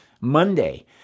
Monday